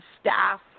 staff